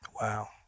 Wow